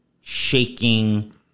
shaking